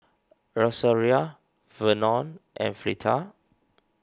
Rosaria Vernon and Fleeta